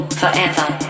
forever